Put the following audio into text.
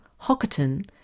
Hockerton